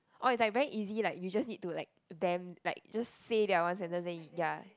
oh it's like very easy like you just need to like them like just say that one sentence then you ya